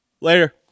Later